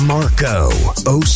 Marco